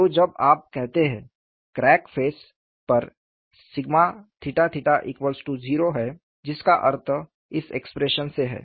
तो जब आप कहते हैं क्रैक फेस पर 0 है जिसका अर्थ इस एक्सप्रेशन से है